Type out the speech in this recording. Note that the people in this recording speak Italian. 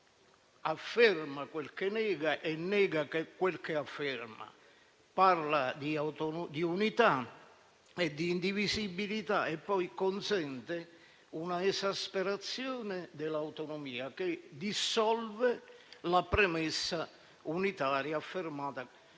afferma quel che nega e nega quel che afferma; parla di unità e di indivisibilità e poi consente un'esasperazione dell'autonomia che dissolve la premessa unitaria affermata